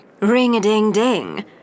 Ring-a-ding-ding